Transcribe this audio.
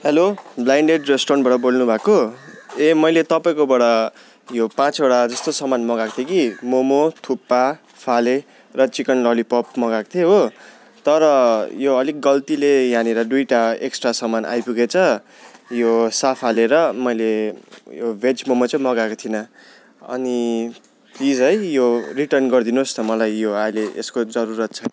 hello blind date रेस्टुरेन्टबाट बोल्नु भएको ए मैले तपाईँकोबाट यो पाँचवटा जस्तो सामान मगाएको थिएँ कि मोमो थुक्पा फाले र चिकन ललिपप मगाएको थिएँ हो तर यो अलिक गल्तीले यहाँनिर दुइटा एक्सट्रा सामान आइपुगेछ यो साफाले र मैले यो भेज मोमो चाहिँ मगाएको थिइनँ अनि प्लिज है यो रिटर्न गरिदिनुहोस् न मलाई यो अहिले यसको जरुरत छैन